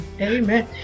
amen